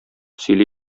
сөйли